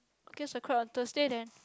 okay so a crack Thursday then